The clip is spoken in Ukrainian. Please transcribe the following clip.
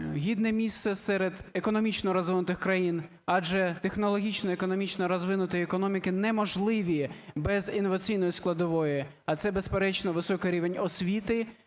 гідне місце серед економічно розвинутих країн, адже технологічно, економічно розвинуті економіки неможливі без інноваційної складової, ц, безперечно, високий рівень освіти,